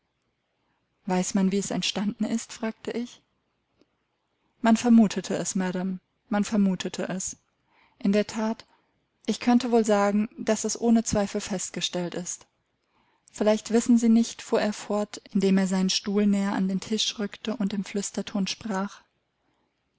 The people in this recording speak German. weiß man wie es entstanden ist fragte ich man vermutete es madam man vermutete es in der that ich könnte wohl sagen daß es ohne zweifel festgestellt ist vielleicht wissen sie nicht fuhr er fort indem er seinen stuhl näher an den tisch rückte und im flüsterton sprach